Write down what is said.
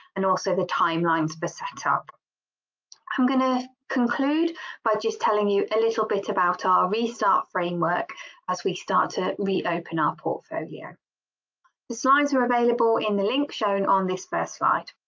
and also the timelines for setup i'm going to conclude by just telling you a little bit about our restart framework as we start to reopen our portfolio. the slides are available in the link shown on this first slide.